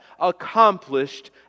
accomplished